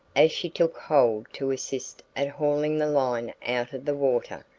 as she took hold to assist at hauling the line out of the water.